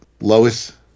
Lois